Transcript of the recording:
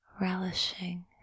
relishing